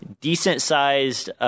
decent-sized